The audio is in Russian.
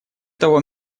того